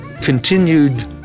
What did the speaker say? continued